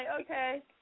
okay